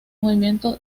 movimiento